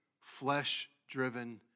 flesh-driven